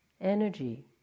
energy